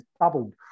doubled